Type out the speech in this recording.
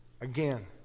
Again